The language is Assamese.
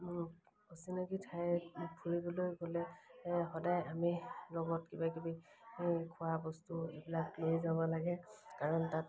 অচিনাকি ঠাই ফুৰিবলৈ গ'লে সদায় আমি লগত কিবা কিবি খোৱা বস্তু এইবিলাক লৈ যাব লাগে কাৰণ তাত